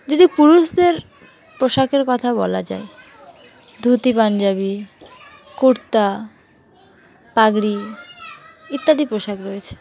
যদি পুরুষদের পোশাকের কথা বলা যায় ধুতি পাঞ্জাবি কুর্তা পাগড়ি ইত্যাদি পোশাক রয়েছে